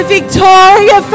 Victoria